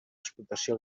explotació